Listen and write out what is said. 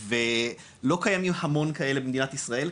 ולא קיימים המון כאלה במדינת ישראל.